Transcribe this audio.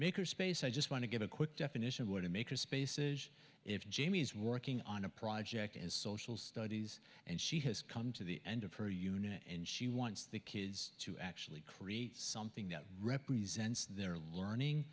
maker space i just want to give a quick definition of what a maker space is if jamie is working on a project as social studies and she has come to the end of her unit and she wants the kids to actually create something that represents their learning